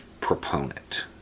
proponent